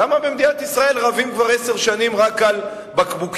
למה במדינת ישראל רבים כבר עשר שנים רק על בקבוקים?